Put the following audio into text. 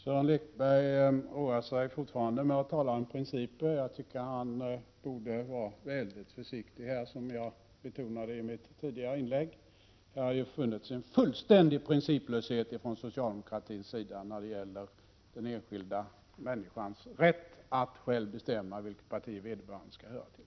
Herr talman! Sören Lekberg roar sig fortfarande med att tala om principer. Jag tycker att han borde vara mycket försiktig med detta. Som jag betonade i mitt tidigare inlägg har det funnits en fullständig principlöshet från socialdemokratins sida när det gäller den enskilda människans rätt att själv bestämma vilket parti vederbörande skall höra till.